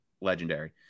legendary